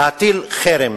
להטיל חרם.